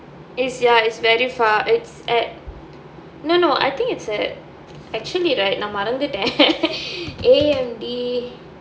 it's ya it's very far it's at no no I think it's at actually right நான் மறந்துட்டேன்:naan maranthuttaen A_M_D